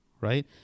right